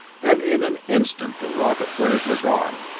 and in an instant the rocket flares were gone,